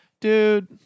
dude